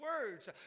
words